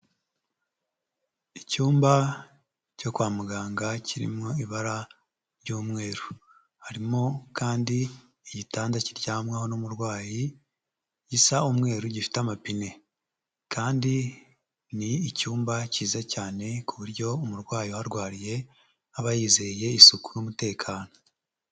Icyumba cyo kwa muganga kirimo ibara ry'umweru, harimo kandi igitanda kiryamwaho n'umurwayi gisa umweru, gifite amapine kandi ni icyumba cyiza cyane ku buryo umurwayi uharwariye aba yizeye isuku n'umutekano.